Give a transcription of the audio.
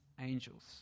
angels